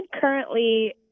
currently